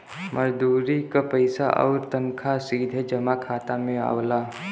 मजदूरी क पइसा आउर तनखा सीधे जमा खाता में आवला